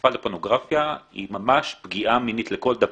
שחשיפה לפורנוגרפיה היא ממש פגיעה מינית לכל דבר.